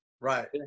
Right